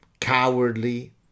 cowardly